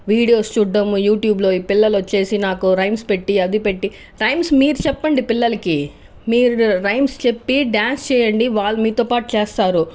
videos చూడడం యూట్యూబ్లో ఈ పిల్లలు వచ్చేసి నాకు రైమ్స్ పెట్టి అది పెట్టి రైమ్స్ మీరు చెప్పండి పిల్లలకి మీరు రైమ్స్ చెప్పి డాన్స్ చేయండి వాళ్ళు మీతో పాటు చేస్తారు